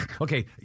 Okay